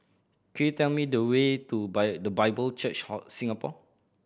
could you tell me the way to The Bible Church Singapore